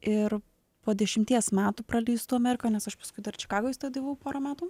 ir po dešimties metų praleistų amerikoj nes aš paskui dar čikagoj studijavau porą metų